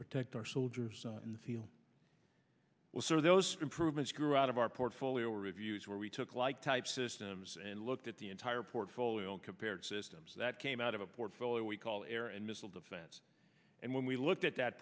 protect our soldiers in the field will sort of those movements grew out of our portfolio reviews where we took like type systems and looked at the entire portfolio and compared systems that came out of a portfolio we call air and missile defense and when we looked at that